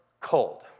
cold